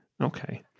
Okay